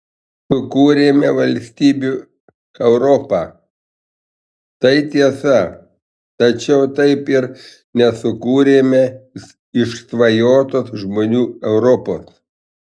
sukūrėme valstybių europą tai tiesa tačiau taip ir nesukūrėme išsvajotos žmonių europos